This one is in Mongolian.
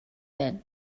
байна